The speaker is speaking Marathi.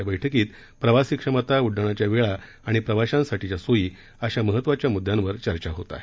या बैठकीत प्रवासी क्षमता उड्डाणाच्या वेळा आणि प्रवाशांसाठीच्या सोयी अशा महत्वाच्या मृद्यांवर चर्चा होत आहे